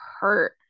hurt